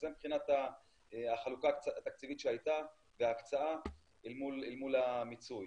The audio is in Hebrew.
זה מבחינת החלוקה התקציבית שהייתה וההקצאה אל מול המיצוי.